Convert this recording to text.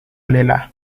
lelah